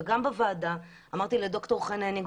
וגם בוועדה אמרתי לד"ר חן הניג,